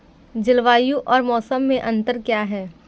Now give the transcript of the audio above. जलवायु और मौसम में अंतर क्या है?